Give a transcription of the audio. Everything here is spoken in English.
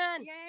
Yay